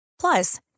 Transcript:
Plus